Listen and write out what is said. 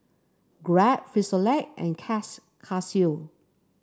Grab Frisolac and Casio